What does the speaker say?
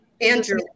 Andrew